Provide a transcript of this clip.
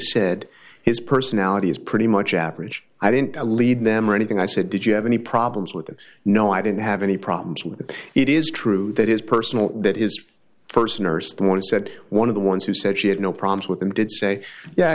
said his personality is pretty much average i didn't lead them or anything i said did you have any problems with that no i didn't have any problems with it is true that is personal that his st nurse the one said one of the ones who said she had no problems with him did say yeah